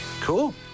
cool